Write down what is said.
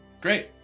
great